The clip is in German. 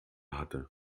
hatte